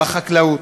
בחקלאות.